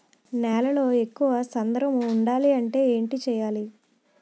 నేలలో ఎక్కువ సాంద్రము వుండాలి అంటే ఏంటి చేయాలి?